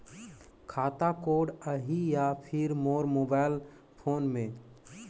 खाता कोड आही या फिर मोर मोबाइल फोन मे?